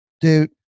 dude